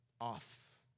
off